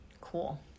cool